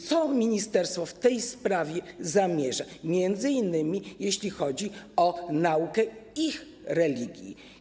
Co ministerstwo w tej sprawie zamierza, m.in. jeśli chodzi o naukę ich religii?